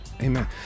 Amen